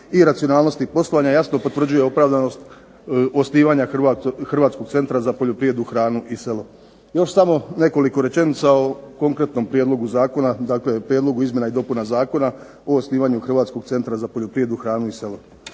i racionalnosti poslovanja, jasno potvrđuje opravdanost osnivanja Hrvatskog centra za poljoprivredu, hranu i selo. Još samo nekoliko rečenica o konkretnom prijedlogu zakona, dakle Prijedlogu izmjena i dopuna Zakona o osnivanju Hrvatskog centra za poljoprivredu, hranu i selo.